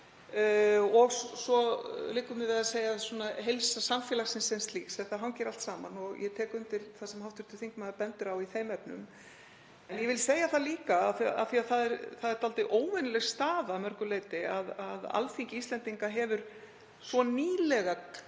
og svo liggur mér við að segja heilsa samfélagsins sem slíks. Þetta hangir allt saman og ég tek undir það sem hv. þingmaður bendir á í þeim efnum. En ég vil segja það líka, af því að það er dálítið óvenjuleg staða að mörgu leyti, að Alþingi Íslendinga hefur svo nýlega